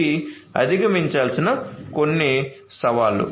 ఇవి అధిగమించాల్సిన కొన్ని సవాళ్లు